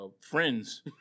Friends